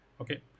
okay